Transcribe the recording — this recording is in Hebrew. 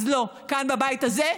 אז לא, כאן, בבית הזה,